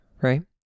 right